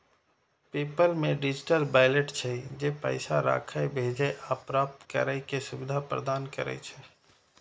PayPal मे digital wallet छै, जे पैसा राखै, भेजै आ प्राप्त करै के सुविधा प्रदान करै छै